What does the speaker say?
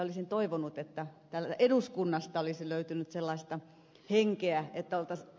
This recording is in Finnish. olisin toivonut että täältä eduskunnasta olisi löytynyt sellaista henkeä että oltaisiin